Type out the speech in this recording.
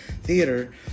theater